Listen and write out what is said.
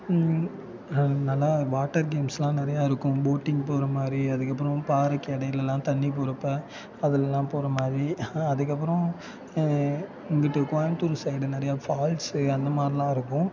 நல்லா வாட்டர் கேம்ஸ்லாம் நிறையா இருக்கும் போட்டிங் போகிற மாதிரி அதுக்கப்புறம் பாறைக்கு இடையிலலாம் தண்ணி போகிறப்ப அதிலலாம் போகிற மாதிரி அதுக்கப்புறம் இங்குட்டு கோயம்புத்தூர் சைடு நிறையா ஃபால்ஸு அந்த மாதிரிலாம் இருக்கும்